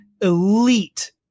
elite